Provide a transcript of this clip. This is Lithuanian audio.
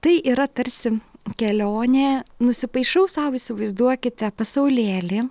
tai yra tarsi kelionė nusipaišau sau įsivaizduokite pasaulėlį